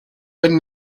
been